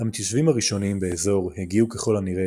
המתיישבים הראשונים באזור הגיעו ככל הנראה